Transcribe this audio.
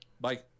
Bye